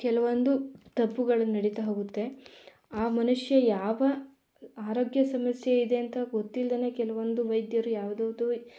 ಕೆಲವೊಂದು ತಪ್ಪುಗಳು ನಡಿತಾ ಹೋಗುತ್ತೆ ಆ ಮನುಷ್ಯ ಯಾವ ಆರೋಗ್ಯ ಸಮಸ್ಯೆ ಇದೆ ಅಂತ ಗೊತ್ತಿಲ್ದೇನೆ ಕೆಲವೊಂದು ವೈದ್ಯರು ಯಾವ್ದು ಯಾವುದೋ